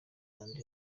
kandi